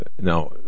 Now